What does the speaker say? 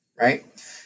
right